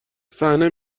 صحنه